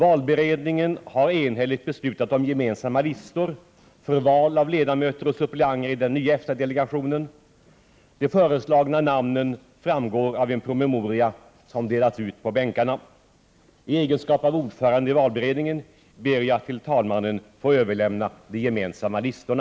Valberedningen har enhälligt beslutat om gemensamma listor för val av ledamöter och suppleanter i den nya EFTA-delegationen. De föreslagna namnen framgår av en promemoria som har delats ut på bänkarna. I egenskap av ordförande i valberedningen ber jag att till talmannen få överlämna de gemensamma listorna.